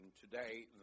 today